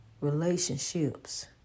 relationships